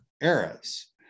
eras